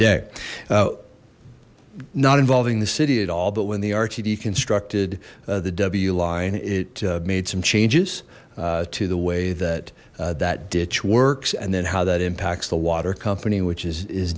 day not involving the city at all but when the rtd constructed the w line it made some changes to the way that that ditch works and then how that impacts the water company which is